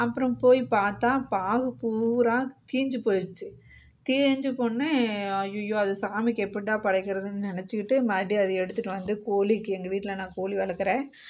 அப்பறம் போய் பார்த்தா பாகு பூராக தீஞ்சு போயிருச்சு தீஞ்சு போனே ஐயையோ அது சாமிக்கு எப்பிட்றா படைக்கிறதுன்னு நினைச்சிக்கிட்டு மறுடியும் அதை எடுத்துகிட்டு வந்து கோழிக்கு எங்கள் வீட்டில் நான் கோழி வளர்க்கறேன்